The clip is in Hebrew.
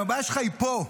הבעיה שלך היא פה,